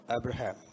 abraham